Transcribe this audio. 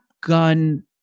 gun